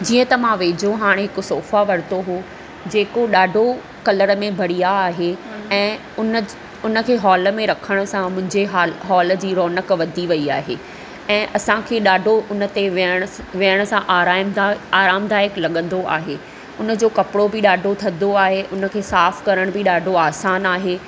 जीअं त मां वेझो हाणे हिकु स़ोफा वठितो हो जेको डा॒ढो कलर में बढ़िया आहे ऐं उनखे हाल में रखण सां मुंहिंजे हाल जी रौनक़ु वधी वई आहे ऐं असांखे डा॒ढो उन ते वेहणु सां आरमदायकु लगं॒दो आहे उन जो कपिड़ो बि डा॒ढो थधो आहे उनके स़ाफ करणु बि डा॒ढो आसान आहे